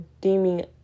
deeming